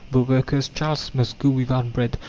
the worker's child must go without bread!